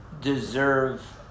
deserve